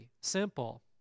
simple